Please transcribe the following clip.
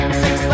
six